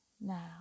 now